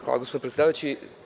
Hvala, gospodine predsedavajući.